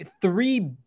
three